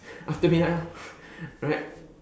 after midnight right